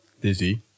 Dizzy